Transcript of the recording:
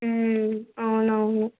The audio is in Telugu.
అవునవును